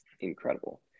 incredible